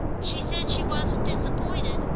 she said she wasn't disappointed,